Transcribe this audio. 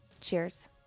Cheers